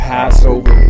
Passover